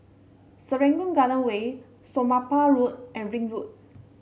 Serangoon Garden Way Somapah Road and Ring Road